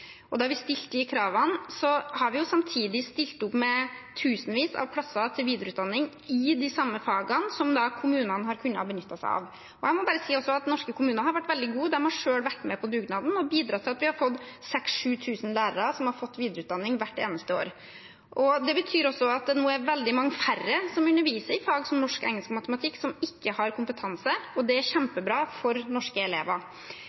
Da vi stilte de kravene, stilte vi samtidig opp med tusenvis av plasser til videreutdanning i de samme fagene, som kommunene har kunnet benytte seg av. Jeg må bare si at norske kommuner har vært veldig gode. De har selv vært med på dugnaden og bidratt til at 6 000–7 000 lærere har fått videreutdanning hvert eneste år. Det betyr også at det nå er veldig mange færre som underviser i fag som norsk, engelsk og matematikk som ikke har kompetanse, og det er kjempebra for norske elever.